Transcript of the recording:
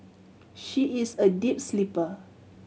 she is a deep sleeper